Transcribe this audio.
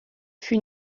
fut